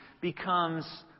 becomes